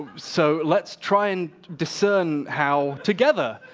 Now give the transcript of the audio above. so let's try and discern how, together!